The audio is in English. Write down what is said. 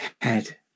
head